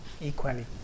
equally